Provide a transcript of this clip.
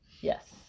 Yes